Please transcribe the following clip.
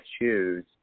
choose